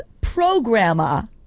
programmer